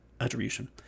attribution